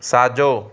साॼो